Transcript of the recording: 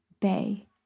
Bay